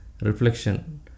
reflection